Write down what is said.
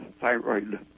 Thyroid